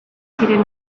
ziren